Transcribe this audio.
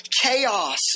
chaos